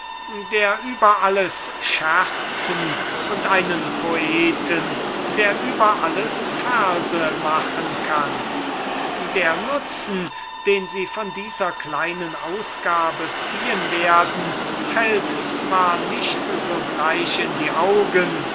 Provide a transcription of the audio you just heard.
der über alles scherzen und einen poeten der über alles gassenlieder machen kann der nutzen den ihr von dieser kleinen ausgabe zieht fällt zwar nicht sogleich in die augen